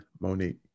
Monique